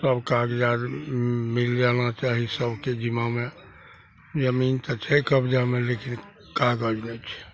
सब कागजात मिल जाना चाही सबके जिम्मामे जमीन तऽ छै कब्जामे लेकिन कागज नहि छै